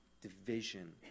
division